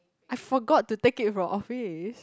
I forgot to take it from office